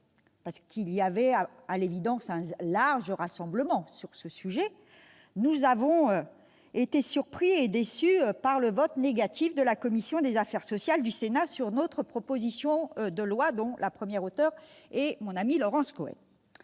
Alors qu'il y avait à l'évidence un large rassemblement sur le sujet, nous avons été surpris et déçus par le vote négatif de la commission des affaires sociales du Sénat sur notre proposition de loi, dont l'auteur est mon amie Laurence Cohen.